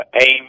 aim